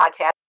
podcast